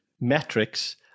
metrics